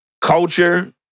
culture